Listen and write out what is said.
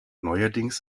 neuerdings